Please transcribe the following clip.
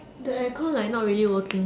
the air con like not really working sia